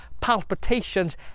palpitations